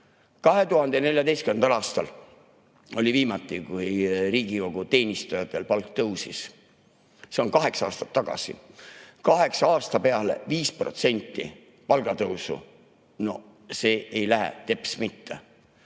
2014. aastal oli viimati, kui Riigikogu teenistujatel palk tõusis. See on kaheksa aastat tagasi. Kaheksa aasta peale 5% palgatõusu! See ei lähe teps mitte!